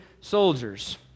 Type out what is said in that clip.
soldiers